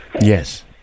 Yes